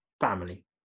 family